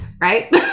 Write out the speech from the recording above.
right